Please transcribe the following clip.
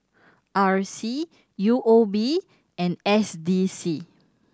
R C U O B and S D C